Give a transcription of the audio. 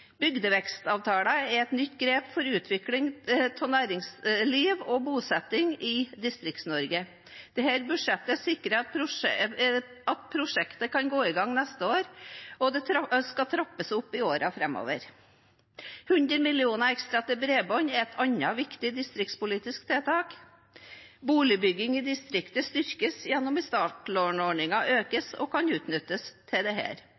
er et nytt grep for utvikling av næringsliv og bosetting i Distrikts-Norge. Dette budsjettet sikrer at prosjektet kan gå i gang neste år, og det skal trappes opp i årene framover. 100 mill. kr ekstra til bredbånd er et annet viktig distriktspolitisk tiltak. Boligbygging i distriktet styrkes gjennom at startlånordningen økes og kan utnyttes til